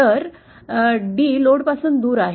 तर d लोडपासून दूर आहे